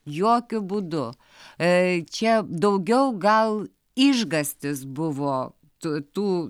jokiu būdu čia daugiau gal išgąstis buvo tu tų